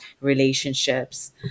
relationships